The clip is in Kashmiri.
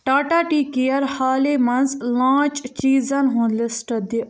ٹاٹا ٹی کِیَر حالے مَنٛز لانٛچ چیٖزن ہُنٛد لِسٹ دِ